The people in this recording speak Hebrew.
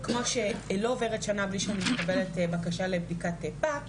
כמו שלא עוברת שנה בלי שאני מקבלת בקשה לבדיקת פאפ,